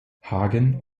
hagen